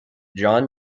john